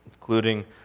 including